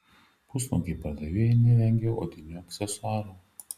pusnuogiai padavėjai nevengia odinių aksesuarų